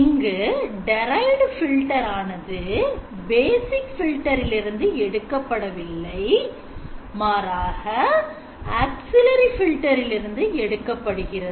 இங்கு Derived filter ஆனது basic filter இருந்து எடுக்கப்படவில்லை மாறாக auxillary filter இருந்து எடுக்கப்படுகிறது